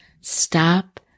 Stop